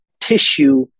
tissue